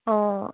অঁ